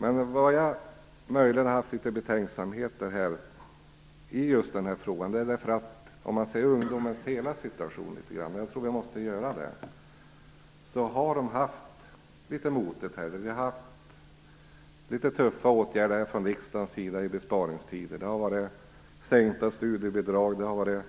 Det som gjort mig litet betänksam i just den här frågan är ungdomens hela situation. Jag tror att vi måste titta litet närmare på den. De har haft det litet motigt. Vi har vidtagit tuffa åtgärder från riksdagens sida i besparingstider. Det har varit sänkta studiebidrag, det har varit